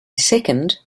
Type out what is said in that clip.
second